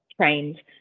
trained